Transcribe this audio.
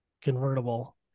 convertible